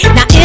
Now